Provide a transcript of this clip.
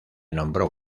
nombró